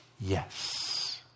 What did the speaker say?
yes